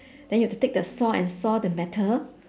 then you have to take the saw and saw the metal